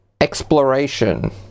exploration